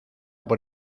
por